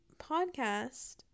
podcast